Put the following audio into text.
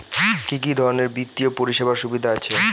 কি কি ধরনের বিত্তীয় পরিষেবার সুবিধা আছে?